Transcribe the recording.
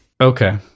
Okay